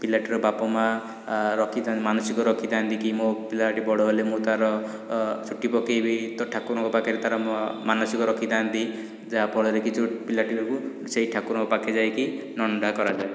ପିଲାଟିର ବାପ ମା ରଖିଥାନ୍ତି ମାନସିକ ରଖିଥାନ୍ତି କି ମୋ ପିଲାଟି ବଡ଼ ହେଲେ ମୁଁ ତାର ଚୁଟି ପକେଇବି ଠାକୁରଙ୍କ ପାଖରେ ତାର ମାନସିକ ରଖିଥାନ୍ତି ଯାହା ଫଳରେ କି ଯେଉଁ ପିଲାଟିକୁ ସେଇ ଠାକୁରଙ୍କ ପାଖେ ଯାଇକି ନଣ୍ଡା କରାଯାଏ